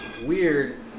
weird